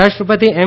ઉપરાષ્ટ્રપતિ એમ